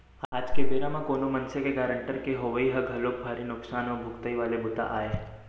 आज के बेरा म कोनो मनसे के गारंटर के होवई ह घलोक भारी नुकसान अउ भुगतई वाले बूता आय